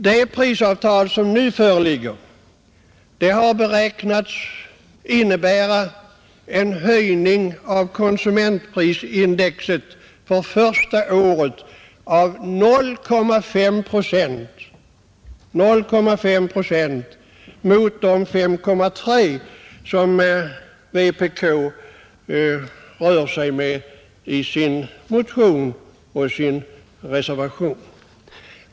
Det prisavtal som nu föreligger har beräknats innebära en höjning av konsumentprisindex för första året med 0,5 procent mot de 5,3 procent som vpk rör sig med i sin motion och sin reservation.